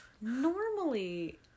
Normally